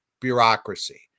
bureaucracy